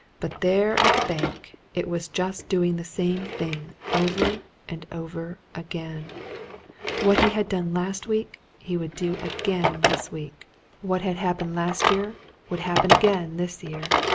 but there at the bank it was just doing the same thing over and over again what he had done last week he would do again this week what had happened last year would happen again this year.